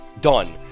done